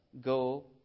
go